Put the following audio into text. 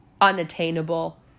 unattainable